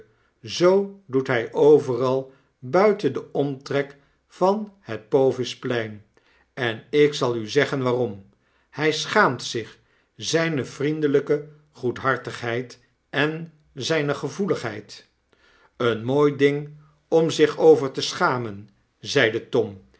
zoo doet hij overal buiten den omtrek van het provis e i n en ik zal u zeggen waarom hij schaamt zich zijne gevoeligheid een mooi ding om zich over te schamen zeide tom